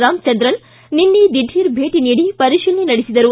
ರಾಮಚಂದ್ರನ್ ನಿನ್ನೆ ದಿಢೀರ್ ಭೇಟಿ ನೀಡಿ ಪರಿಶೀಲನೆ ನಡೆಸಿದರು